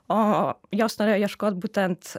o jos norėjo ieškot būtent